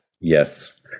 Yes